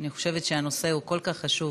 אני חושבת שהנושא כל כך חשוב,